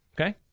Okay